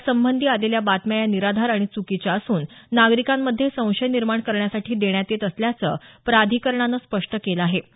यासंबंधी आलेल्या बातम्या या निराधार आणि च्कीच्या असून नागरिकांमध्ये संशय निर्माण करण्यासाठी देण्यात येत असल्याचं प्राधिकरणानं स्पष्ट केलं आहे